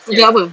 untuk apa